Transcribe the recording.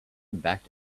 backed